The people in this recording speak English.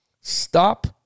stop